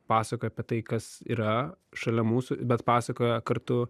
pasakoja apie tai kas yra šalia mūsų bet pasakoja kartu